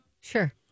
Sure